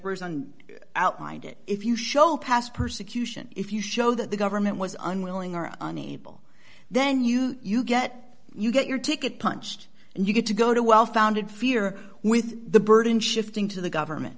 and outlined it if you show past persecution if you show that the government was unwilling or unable then you you get you get your ticket punched and you get to go to a well founded fear with the burden shifting to the government